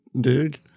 Dude